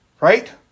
Right